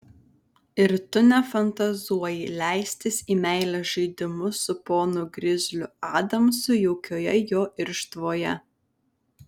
ir tu nefantazuoji leistis į meilės žaidimus su ponu grizliu adamsu jaukioje jo irštvoje